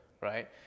right